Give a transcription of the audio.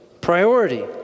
Priority